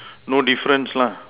no difference lah